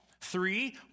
Three